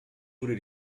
wurde